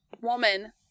woman